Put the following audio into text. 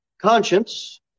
Conscience